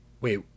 wait